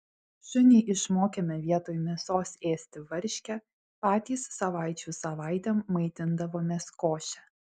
šunį išmokėme vietoj mėsos ėsti varškę patys savaičių savaitėm maitindavomės koše